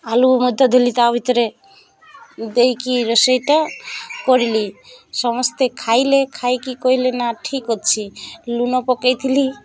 ଆଳୁ ମଧ୍ୟ ଦେଲି ତା' ଭିତରେ ଦେଇକି ରୋଷେଇଟା କରିଲି ସମସ୍ତେ ଖାଇଲେ ଖାଇକି କହିଲେ ନା ଠିକ୍ ଅଛି ଲୁଣ ପକାଇଥିଲି